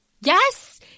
Yes